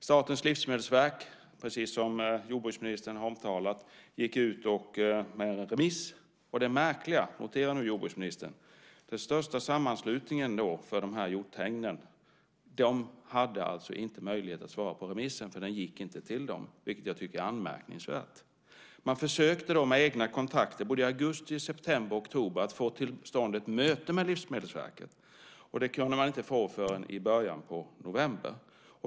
Statens livsmedelsverk, precis som jordbruksministern har omtalat, gick ut med en remiss. Det märkliga - notera nu det jordbruksministern - är att den största sammanslutningen för hjorthägnen inte fick möjlighet att svara på remissen eftersom man inte fick den, vilket är anmärkningsvärt. Man försökte då med egna kontakter i både augusti, september och oktober att få till stånd ett möte med Livsmedelsverket. Det kunde man inte få förrän i början av november.